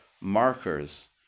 markers